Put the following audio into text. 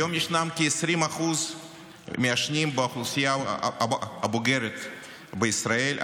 היום יש 20% מעשנים באוכלוסייה הבוגרת בישראל,